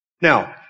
Now